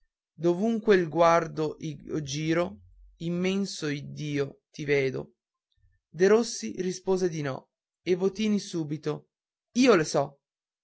dovunque il guardo io giro immenso iddio ti vedo derossi rispose di no e votini subito io le so